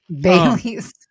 Baileys